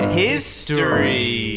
history